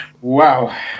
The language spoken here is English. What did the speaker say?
Wow